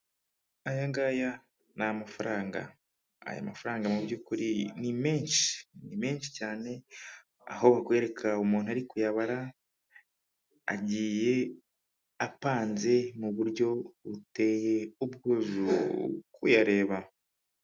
Aya ngaya ni amafaranga, aya mafaranga mu byukuri ni menshi, ni menshi cyane aho bakwereka umuntu ari kuyabara agiye apanze mu buryo buteye ubwuzu kuyareba.